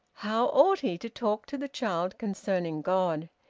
how ought he to talk to the child concerning god?